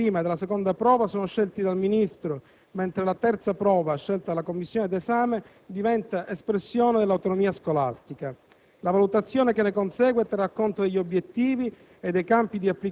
I testi della prima e della seconda prova sono scelti dal Ministro, mentre la terza prova, scelta dalla commissione d'esame, diventa espressione dell'autonomia scolastica. La valutazione che ne consegue terrà conto degli obiettivi